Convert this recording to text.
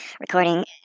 Recording